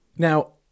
Now